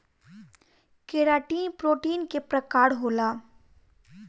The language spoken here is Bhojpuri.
केराटिन प्रोटीन के प्रकार होला